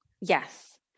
Yes